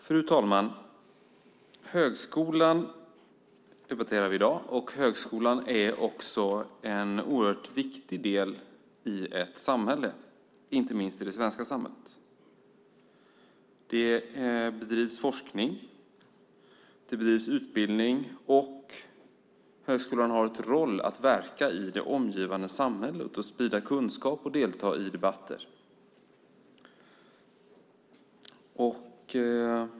Fru talman! Vi debatterar högskolan här i dag. Högskolan är en oerhört viktig del i ett samhälle, inte minst i det svenska samhället. Där bedrivs forskning och utbildning, och högskolan har en roll att verka i det omgivande samhället och sprida kunskap och delta i debatter.